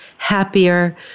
happier